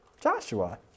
Joshua